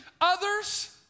others